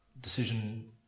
decision